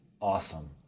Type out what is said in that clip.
awesome